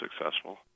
successful